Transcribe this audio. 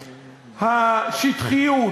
השטחיות,